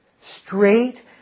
straight